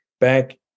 back